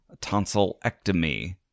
tonsillectomy